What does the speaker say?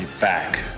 back